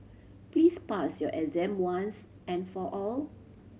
please pass your exam once and for all